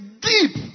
deep